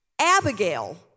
Abigail